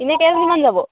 এনে কেইজনমান যাব